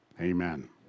amen